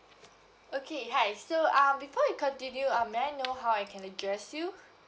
okay hi so um before you continue um may I know how I can address you